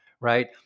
right